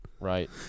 Right